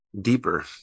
deeper